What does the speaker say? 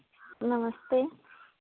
नमस्ते